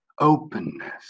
openness